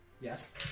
Yes